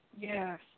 Yes